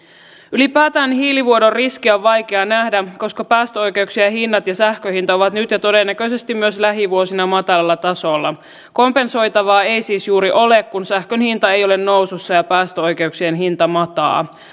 ylipäätään hiilivuodon riskiä on vaikea nähdä koska päästöoikeuksien hinnat ja sähkön hinta ovat nyt ja todennäköisesti myös lähivuosina matalalla tasolla kompensoitavaa ei siis juuri ole kun sähkön hinta ei ole nousussa ja päästöoikeuksien hinta mataa